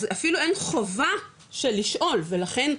אז אפילו אין חובה של לשאול ולכן,